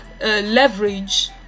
leverage